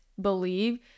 believe